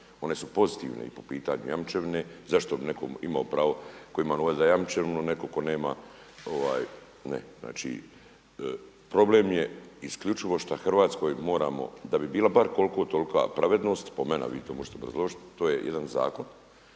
one su pozitivne i po pitanju jamčevine. Zašto bi netko imao pravo tko ima novac za jamčevinu a netko tko nema ne. Znači problem je isključivo što Hrvatskoj moramo da bi bila bar koliko tolika pravednost po meni a vi to možete obrazložiti, to je jedan zakon